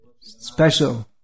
Special